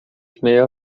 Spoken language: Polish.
śmieje